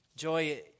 Joy